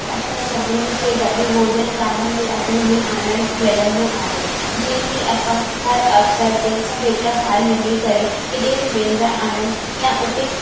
असां सभिनीनि खे गॾ भोजन करण में ॾाढो ई आनंद मिलंदो आहे जीअं की असां हर अवसरु ते सभु हिक साण मिली करे किथे बि वेंदा आहियूं या हुते